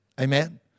Amen